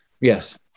Yes